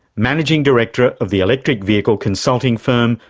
managing director of the electric vehicle consulting firm,